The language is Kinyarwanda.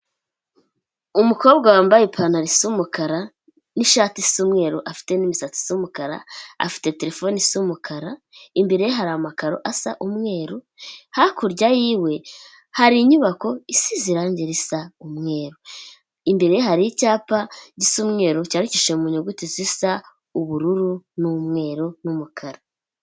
Umukobwa wambaye ipantaro isa umukara n'ishati isa umweru, afite n'imisatsi isa umukara, afite telefone isa umukara, imbere ye hari amakaro asa umweruru, hakurya y'iwe hari inyubako isize irangi risa umwe, imbere ye hari icyapa gisa umweru cyandikishije mu nyuguti zisa ubururu n'umweru, n'umukara.